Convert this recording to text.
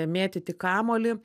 mėtyti kamuolį